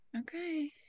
Okay